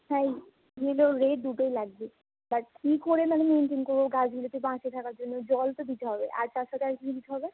হ্যাঁ ই yellow red দুটোই লাগবে এবার কী করে মানে মেনটেন করবো গাছগুলোকে বাঁচিয়ে রাখার জন্যে জল তো দিতে হবে আর তার সাথে আর কী দিতে হবে